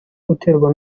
uterwa